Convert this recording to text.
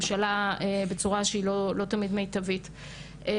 לבין הפרה של כללי הקהילה שלנו.